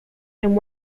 and